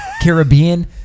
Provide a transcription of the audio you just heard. Caribbean